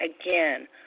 again